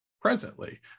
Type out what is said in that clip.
presently